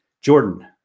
Jordan